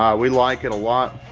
um we like it a lot.